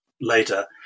later